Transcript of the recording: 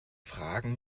fragen